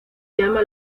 llama